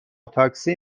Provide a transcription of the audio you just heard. تاکسی